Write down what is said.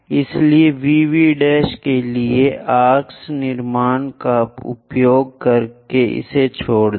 इसलिए VV' के लिए आर्क्स निर्माण का उपयोग करके इसे छोड़ दें